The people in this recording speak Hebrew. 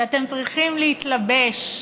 כשאתם צריכים להתלבש,